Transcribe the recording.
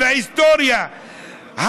וההיסטוריה,